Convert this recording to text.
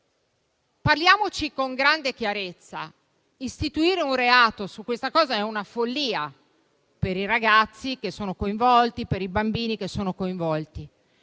Parliamoci con grande chiarezza: istituire un reato su questa cosa è una follia per i ragazzi e i bambini che sono coinvolti.